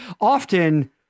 often